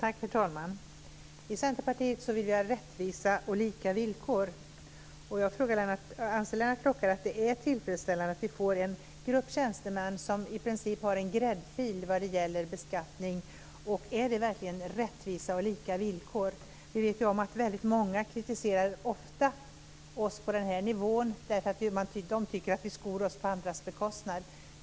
Herr talman! I Centerpartiet vill vi ha rättvisa och lika villkor. Anser Lennart Klockare att det är tillfredsställande att vi får en grupp tjänstemän som i princip har en gräddfil vad gäller beskattning? Är det verkligen rättvisa och lika villkor? Vi vet ju att många ofta kritiserar oss på den här nivån därför att de tycker att vi skor oss på andras bekostnad.